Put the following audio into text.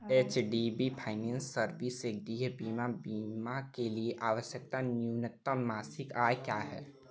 H D B finance services से गृह बीमा बीमा के लिए आवश्यक न्यूनतम मासिक आय क्या है